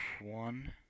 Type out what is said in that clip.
one